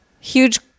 huge